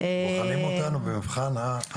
בוחנים אותנו במבחן העשייה.